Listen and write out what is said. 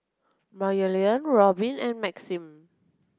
Maryellen Robyn and Maxim